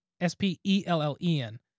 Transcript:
S-P-E-L-L-E-N